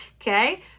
Okay